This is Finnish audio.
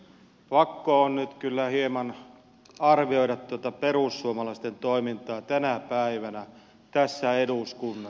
pakko on nyt kyllä hieman arvioida tätä perussuomalaisten toimintaa tänä päivänä tässä eduskunnassa